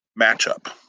matchup